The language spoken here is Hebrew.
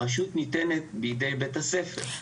הרשות ניתנת בידי בית הספר.